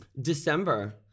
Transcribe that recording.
December